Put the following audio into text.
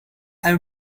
i’m